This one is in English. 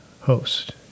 host